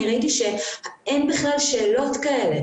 אני ראיתי שאין בכלל שאלות כאלה.